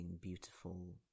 beautiful